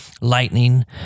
lightning